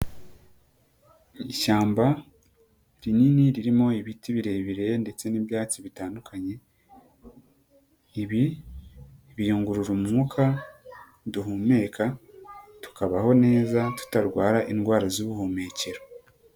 Ishyamba rinini ririmo ibiti birebire ndetse n'ibyatsi bitandukanye, ibi biyunguru umwuka, duhumeka, tukabaho neza, tutarwara indwara z'ubuhumekero.